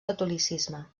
catolicisme